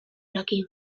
daki